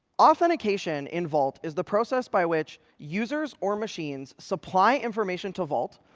authentication in vault is the process by which users or machines supply information to vault.